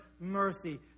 mercy